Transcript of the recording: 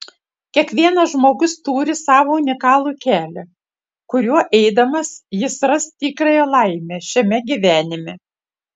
kiekvienas žmogus turi savo unikalų kelią kuriuo eidamas jis ras tikrąją laimę šiame gyvenime